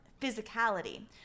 physicality